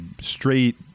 straight